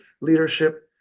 leadership